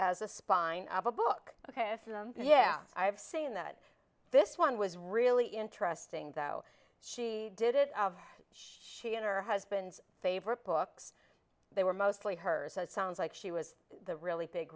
as a spine of a book ok yeah i have seen that this one was really interesting though she did it she and her husband's favorite books they were mostly hers that sounds like she was the really big